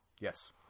yes